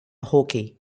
hockey